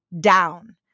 down